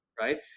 right